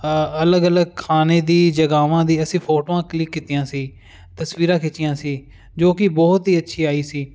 ਅਲੱਗ ਅਲੱਗ ਖਾਣੇ ਦੀ ਜਗ੍ਹਾਵਾਂ ਦੀ ਅਸੀਂ ਫੋਟੋਆਂ ਕਲਿੱਕ ਕੀਤੀਆਂ ਸੀ ਤਸਵੀਰਾਂ ਖਿੱਚੀਆਂ ਸੀ ਜੋ ਕਿ ਬਹੁਤ ਹੀ ਅੱਛੀ ਆਈ ਸੀ